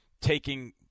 taking